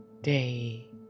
day